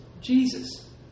Jesus